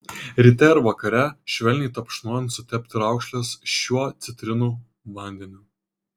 ryte ir vakare švelniai tapšnojant sutepti raukšles šiuo citrinų vandeniu